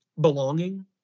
belonging